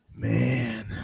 Man